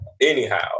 Anyhow